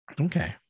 Okay